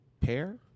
pair